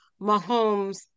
Mahomes